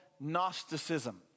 Gnosticism